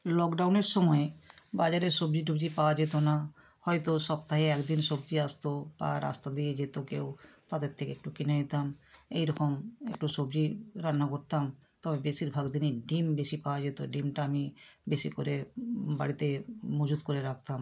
লকডাউনের সময়ে বাজারের সবজি টবজি পাওয়া যেতো না হয়তো সপ্তাহে এক দিন সবজি আসতো বা রাস্তা দিয়ে যেতো কেউ তাদের থেকে একটু কিনে নিতাম এই রকম একটু সবজি রান্না করতাম তবে বেশিরভাগ দিনই ডিম বেশি পাওয়া যেতো ডিমটা আমি বেশি করে বাড়িতে মজুত করে রাখতাম